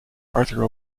arthur